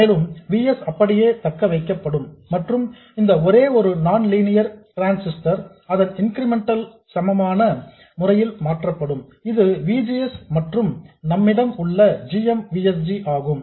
மேலும் V s அப்படியே தக்க வைக்கப்படும் மற்றும் இந்த ஒரே ஒரு நான் லீனியர் டிரான்ஸிஸ்டர் அதன் இன்கிரிமெண்டல் க்கு சமமான முறையில் மாற்றப்படும் இது V G S மற்றும் நம்மிடம் உள்ள g m V S G ஆகும்